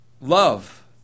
Love